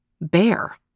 Bear